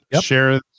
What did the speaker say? Share